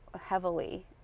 heavily